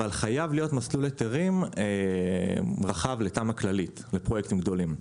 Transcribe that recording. אבל חייב להיות מסלול היתרים רחב לתמ"א כללית; לפרויקטים גדולים.